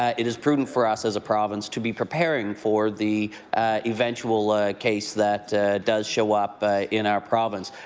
it is prudent for us as a province to be preparing for the eventual case that does show up in our province.